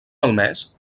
malmès